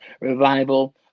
revival